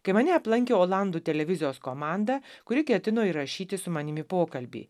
kai mane aplankė olandų televizijos komanda kuri ketino įrašyti su manimi pokalbį